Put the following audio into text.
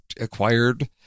acquired